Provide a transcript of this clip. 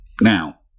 Now